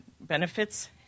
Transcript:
benefits